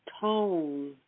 tone